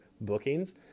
bookings